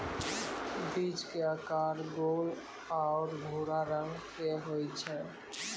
बीज के आकार गोल आरो भूरा रंग के होय छै